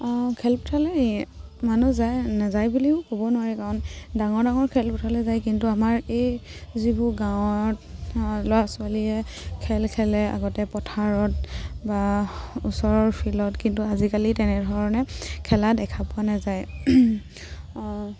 খেলপথাৰলে মানুহ যায় নাযায় বুলিও ক'ব নোৱাৰে কাৰণ ডাঙৰ ডাঙৰ খেলপথাৰলে যায় কিন্তু আমাৰ এই যিবোৰ গাঁৱত ল'ৰা ছোৱালীয়ে খেল খেলে আগতে পথাৰত বা ওচৰৰ ফিল্ডত কিন্তু আজিকালি তেনেধৰণে খেলা দেখা পোৱা নাযায়